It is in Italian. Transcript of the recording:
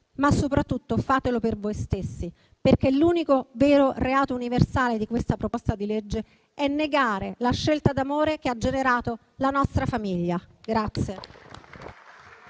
Soprattutto, fatelo per voi stessi, perché l'unico vero reato universale di questa proposta di legge è negare la scelta d'amore che ha generato la nostra famiglia».